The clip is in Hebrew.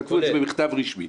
הם כתבו את זה במכתב רשמי.